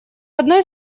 одной